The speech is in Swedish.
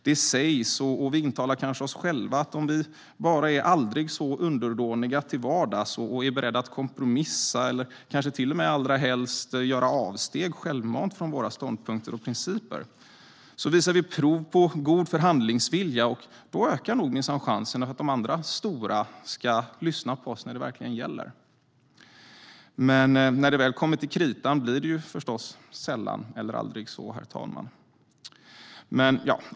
Det sägs, och vi intalar kanske oss själva, att om vi bara är aldrig så underdåniga till vardags och är beredda att kompromissa, eller kanske till och med allra helst självmant göra avsteg från våra ståndpunkter och principer, visar vi prov på god förhandlingsvilja. Då ökar nog minsann chansen för att de andra "stora" ska lyssna på oss när det verkligen gäller. Men när det väl kommer till kritan blir det förstås sällan eller aldrig så, herr talman.